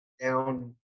down